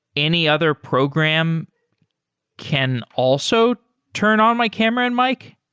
any other program can also turn on my camera and mic?